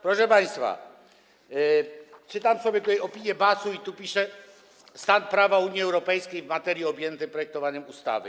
Proszę państwa, czytam sobie tutaj opinię BAS-u i tu jest napisane: stan prawa Unii Europejskiej w materii objętej projektowaniem ustawy.